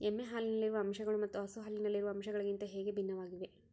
ಎಮ್ಮೆ ಹಾಲಿನಲ್ಲಿರುವ ಅಂಶಗಳು ಮತ್ತು ಹಸು ಹಾಲಿನಲ್ಲಿರುವ ಅಂಶಗಳಿಗಿಂತ ಹೇಗೆ ಭಿನ್ನವಾಗಿವೆ?